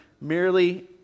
merely